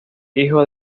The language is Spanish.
hijo